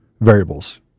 variables